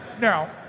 now